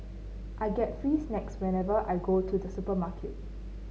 I get free snacks whenever I go to the supermarket